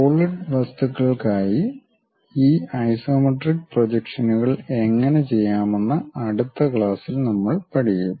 solid വസ്തുക്കൾക്കായി ഈ isometric പ്രൊജക്ഷനുകൾ എങ്ങനെ ചെയ്യാമെന്ന് അടുത്ത ക്ലാസ്സിൽ നമ്മൾ പഠിക്കും